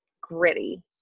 gritty